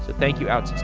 thank you, outsystems.